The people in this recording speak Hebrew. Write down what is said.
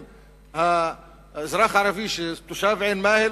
האזרח הערבי תושב עין-מאהל,